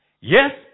Yes